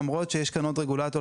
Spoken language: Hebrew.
למרות שיש כאן עוד רגולטור,